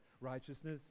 Righteousness